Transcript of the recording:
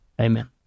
Amen